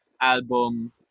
album